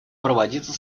проводиться